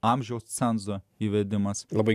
amžiaus cenzo įvedimas labai